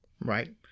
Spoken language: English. Right